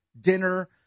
Dinner